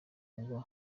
ngo